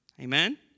Amen